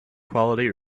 quality